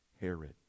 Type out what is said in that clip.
Herod